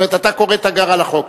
זאת אומרת אתה קורא תיגר על החוק.